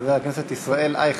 חבר הכנסת ישראל אייכלר.